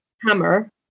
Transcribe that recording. Hammer